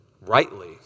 rightly